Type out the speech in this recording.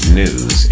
news